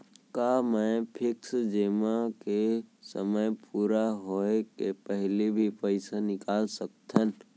का मैं फिक्स जेमा के समय पूरा होय के पहिली भी पइसा निकाल सकथव?